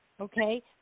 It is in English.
okay